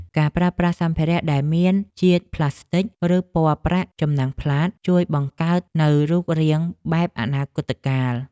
ការប្រើប្រាស់សម្ភារៈដែលមានជាតិផ្លាស្ទិក ឬពណ៌ប្រាក់ចំណាំងផ្លាតជួយបង្កើតនូវរូបរាងបែបអនាគតកាល។